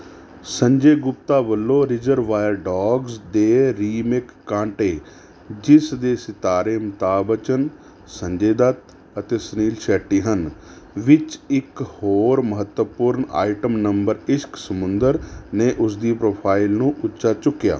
ਸੰਜੇ ਗੁਪਤਾ ਵੱਲੋਂ Reservoir Dogs ਦੇ remake Kaante ਜਿਸ ਦੇ ਸਿਤਾਰੇ ਅਮਿਤਾਭ ਬੱਚਨ ਸੰਜੇ ਦੱਤ ਅਤੇ ਸੁਨੀਲ ਸ਼ੈੱਟੀ ਹਨ ਵਿੱਚ ਇੱਕ ਹੋਰ ਮਹੱਤਵਪੂਰਨ ਆਈਟਮ ਨੰਬਰ ਇਸ਼ਕ ਸਮੁੰਦਰ ਨੇ ਉਸਦੀ ਪ੍ਰੋਫਾਈਲ ਨੂੰ ਉੱਚਾ ਚੁੱਕਿਆ